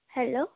hello